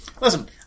Listen